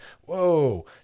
whoa